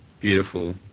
Beautiful